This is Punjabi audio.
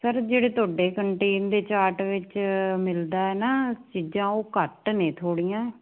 ਸਰ ਜਿਹੜੇ ਤੁਹਾਡੇ ਕੰਟੀਨ ਦੇ ਚਾਰਟ ਵਿੱਚ ਮਿਲਦਾ ਨਾ ਚੀਜ਼ਾਂ ਉਹ ਘੱਟ ਨੇ ਥੋੜੀਆਂ